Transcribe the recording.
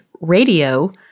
radio